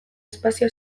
espazio